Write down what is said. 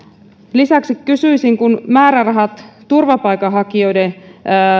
lisäksi kysyisin kun määrärahat turvapaikanhakijoiden